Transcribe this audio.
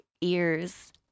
ears